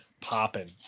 popping